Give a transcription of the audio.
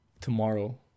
tomorrow